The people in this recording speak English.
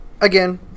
Again